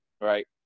right